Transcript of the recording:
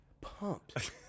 pumped